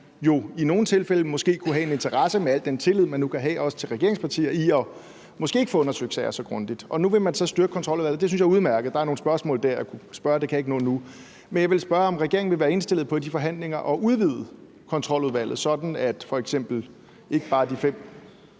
jo i nogle tilfælde måske kunne have en interesse – med al den tillid, man nu kan have, også til regeringspartier – i måske ikke at kunne få undersøgt sager så grundigt. Nu vil man så styrke Kontroludvalget. Det synes jeg er udmærket, og der er nogle spørgsmål der, jeg kunne stille, men det kan jeg ikke nå nu. Men jeg vil spørge, om regeringen vil være indstillet på i de forhandlinger at udvide Kontroludvalget, sådan at f.eks. ikke bare de fem